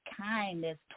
kindness